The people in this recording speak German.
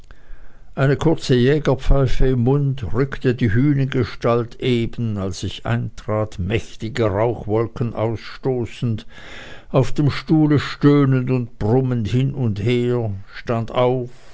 eine kurze jägerpfeife im munde rückte die hünengestalt eben als ich eintrat mächtige rauchwolken ausstoßend auf dem stuhle stöhnend und brummend hin und her stand auf